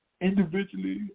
individually